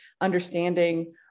understanding